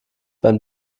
beim